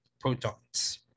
protons